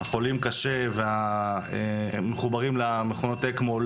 החולים קשה והמחוברים למכונות אקמו,